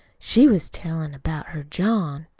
she was tellin' about her john.